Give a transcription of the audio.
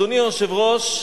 אדוני היושב-ראש,